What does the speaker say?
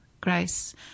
Grace